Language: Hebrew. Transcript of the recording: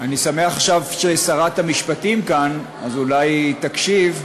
אני שמח ששרת המשפטים כאן, אז אולי היא תקשיב.